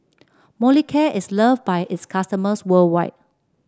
Molicare is loved by its customers worldwide